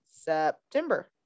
September